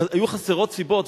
היו חסרות סיבות?